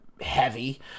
Heavy